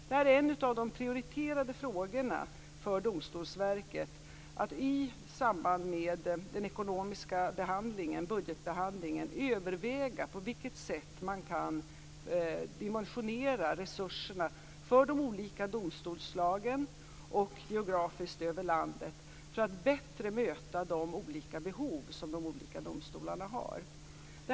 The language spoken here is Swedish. Det är en av de prioriterade frågorna för Domstolsverket att i samband med budgetbehandlingen överväga på vilket sätt man kan dimensionera resurserna för de olika domstolsslagen och geografiskt över landet för att bättre möta de olika behov som de olika domstolarna har.